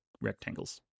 rectangles